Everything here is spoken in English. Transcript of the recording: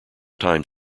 time